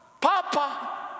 Papa